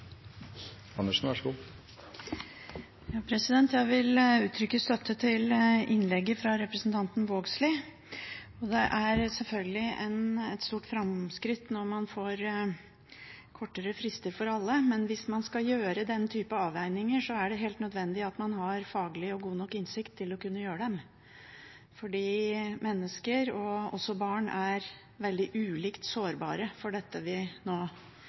Vågslid. Det er selvfølgelig et stort framskritt når man får kortere frister for alle, men hvis man skal gjøre den type avveininger, er det helt nødvendig at man har faglig og god nok innsikt til å kunne gjøre dem. Mennesker, og da også barn, er veldig ulikt sårbare når det gjelder dette